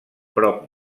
prop